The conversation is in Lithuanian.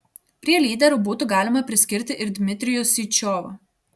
prie lyderių būtų galima priskirti ir dmitrijų syčiovą